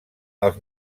els